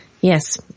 Yes